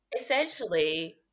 essentially